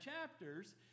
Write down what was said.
chapters